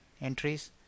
entries